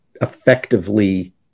effectively